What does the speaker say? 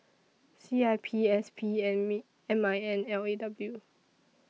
C I P S P and Me M I N L A W